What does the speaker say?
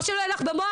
מה שלא הלך במוח,